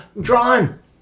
drawn